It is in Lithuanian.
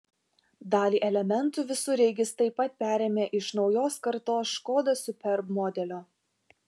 dalį elementų visureigis taip pat perėmė iš naujos kartos škoda superb modelio